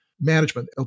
management